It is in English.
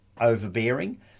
overbearing